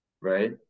right